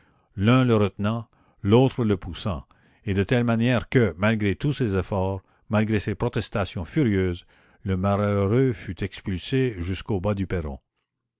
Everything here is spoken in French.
l'un le retenant l'autre le poussant et de telle manière que malgré tous ses efforts malgré ses protestations furieuses le malheureux fut expulsé jusqu'au bas du perron